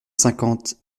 cinquante